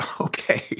okay